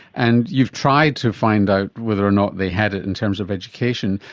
and you've tried to find out whether or not they had it in terms of education.